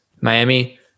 miami